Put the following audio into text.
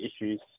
issues